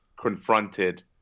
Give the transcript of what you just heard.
confronted